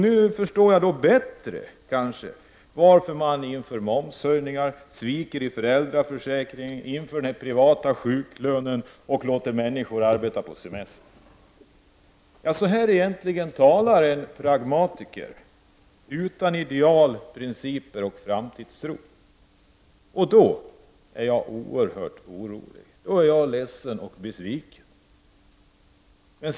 Nu förstår jag kanske bättre varför socialdemokraterna inför momshöjningar, sviker i fråga om föräldraförsäkringen, inför den privata sjuklönen, och låter människor arbeta på semestern. Så talar en pragmatiker, utan ideal, principer och framtidstro. Och då är jag oerhört orolig, då är jag ledsen och besviken.